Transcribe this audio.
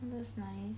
that's nice